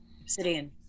Obsidian